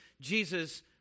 Jesus